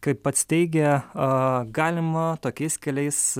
kaip pats teigia a galima tokiais keliais